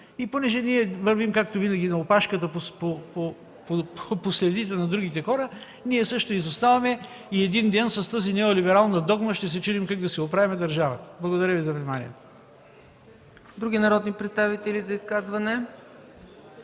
И понеже ние вървим, както винаги, на опашката – по следите на другите хора, ние също изоставаме и един ден с тази неолиберална догма ще се чудим как да си оправяме държавата. Благодаря Ви за вниманието.